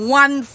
one